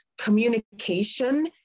communication